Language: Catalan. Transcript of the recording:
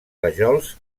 rajols